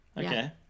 Okay